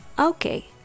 Okay